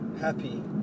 happy